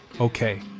Okay